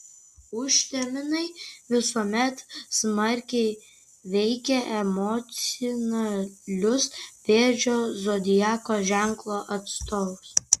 užtemimai visuomet smarkiai veikia emocionalius vėžio zodiako ženklo atstovus